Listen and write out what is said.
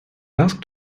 asked